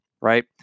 right